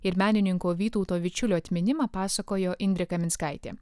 ir menininko vytauto vičiulio atminimą pasakojo indrė kaminskaitė